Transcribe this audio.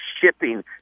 shipping